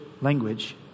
language